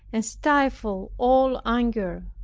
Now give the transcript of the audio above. and stifle all anger.